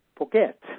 forget